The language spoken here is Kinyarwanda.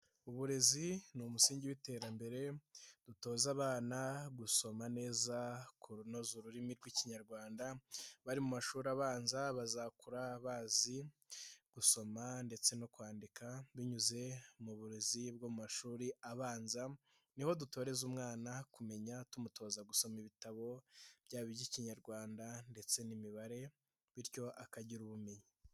Uburezi ni umusingi w'iterambere dutoza abana gusoma neza, kunoza ururimi rw'ikinyarwanda, bari mu mashuri abanza bazakura bazi gusoma ndetse no kwandika, binyuze mu burezi bw'amashuri abanza niho dutoreza umwana kumenya tumutoza gusoma ibitabo byaba iby'ikinyarwanda ndetse n'imibare bityo akagira ubumenyi.